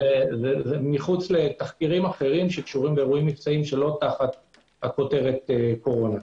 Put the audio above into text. מחוץ לתחקירים אחרים שקשורים לאירועים מקצועיים שלא תחת הכותרת קורונה.